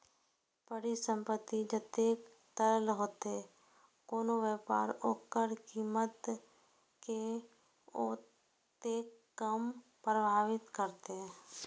परिसंपत्ति जतेक तरल हेतै, कोनो व्यापार ओकर कीमत कें ओतेक कम प्रभावित करतै